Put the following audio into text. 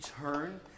turn